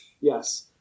Yes